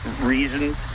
reasons